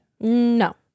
No